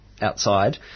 outside